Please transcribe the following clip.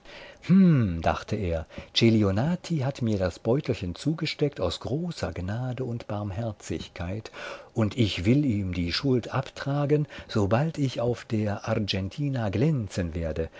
dachte er celionati hat mir das beutelchen zugesteckt aus großer gnade und barmherzigkeit und ich will ihm die schuld abtragen sobald ich auf der argentina glänzen werde